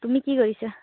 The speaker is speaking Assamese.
তুমি কি কৰিছা